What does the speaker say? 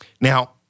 Now